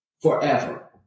forever